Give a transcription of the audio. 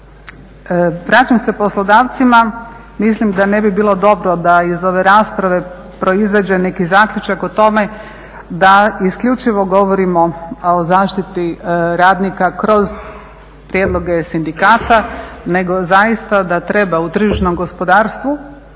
Vraćam se poslodavcima, mislim da ne bi bilo dobro da iz ove rasprave proizađe neki zaključak o tome da isključivo govorimo o zaštiti radnika kroz prijedloge sindikata nego zaista da treba u tržišnom gospodarstvu